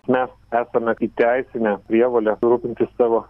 mes esame įteisinę prievolę rūpintis savo